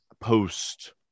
post-